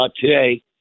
today